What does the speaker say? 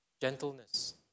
Gentleness